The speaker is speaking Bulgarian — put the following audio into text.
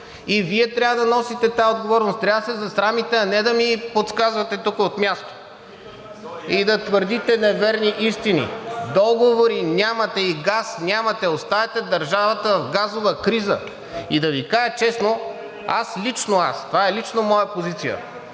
И Вие трябва да носите тази отговорност. Трябва да се засрамите, а не да ми подсказвате тук от място и да твърдите неверни истини. Договори нямате и газ нямате. Оставяте държавата в газова криза. И да Ви кажа честно, аз – лично аз, това е лично моя позиция